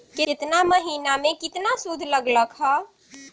केतना महीना में कितना शुध लग लक ह?